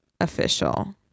official